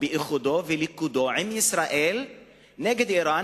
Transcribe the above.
ובאיחודו ובליכודו עם ישראל נגד אירן,